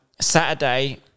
Saturday